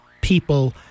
people